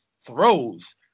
throws